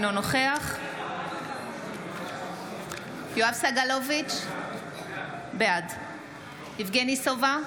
אינו נוכח יואב סגלוביץ' בעד יבגני סובה,